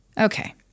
Okay